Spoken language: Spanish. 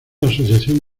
asociación